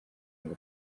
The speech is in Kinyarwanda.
ngo